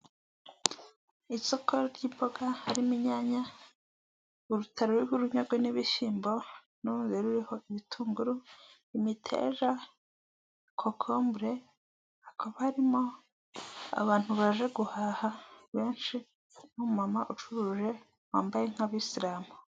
Isoko ry'imboga harimo inyanya, urutaro ruhiho urunyrwe n'ibishyimbo, hamwe n'urundi ruriho ibitunguru, imiteja, kokombure, hakaba harimo abantu baje guhaha benshi hari umumama ucuruje wambaye nk'abayisiramu.